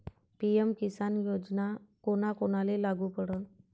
PM Kisan योजना कोना कोनाले लागू पडन?